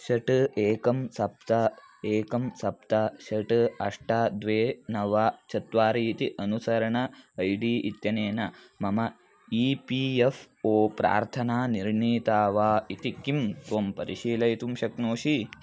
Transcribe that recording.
षट् एकं सप्त एकं सप्त षट् अष्ट द्वे नव चत्वारि इति अनुसरणम् ऐ डी इत्यनेन मम ई पी एफ़् ओ प्रार्थना निर्णीता वा इति किं त्वं परिशीलयितुं शक्नोषि